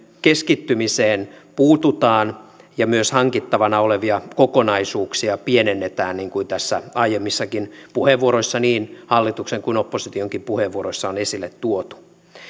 keskittymiseen puututaan ja myös hankittavana olevia kokonaisuuksia pienennetään niin kuin tässä aiemmissakin puheenvuoroissa niin hallituksen kuin oppositionkin puheenvuoroissa on esille tuotu